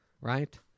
right